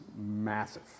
massive